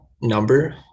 number